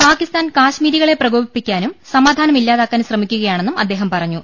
പാക്കിസ്ഥാൻ കശ്മീരികളെ പ്രകോപിക്കാനും സമാധാനം ഇല്ലാതാക്കാനും ശ്രമിക്കുകയാണെന്നും അദ്ദേഹം പറ ഞ്ഞു